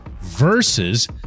versus